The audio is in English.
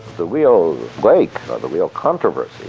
the real break, or the real controversy